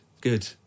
good